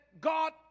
God